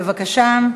בבקשה,